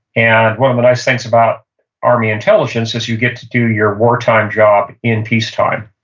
and one of the nice things about army intelligence is you get to do your wartime job in peacetime.